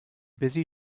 busy